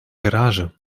garage